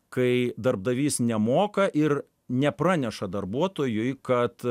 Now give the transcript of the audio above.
kai darbdavys nemoka ir nepraneša darbuotojui kad